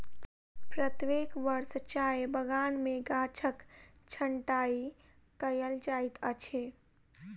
प्रत्येक वर्ष चाय बगान में गाछक छंटाई कयल जाइत अछि